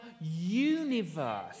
UNIVERSE